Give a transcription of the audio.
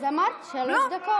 אז אמרת שלוש דקות.